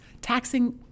taxing